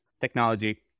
technology